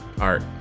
art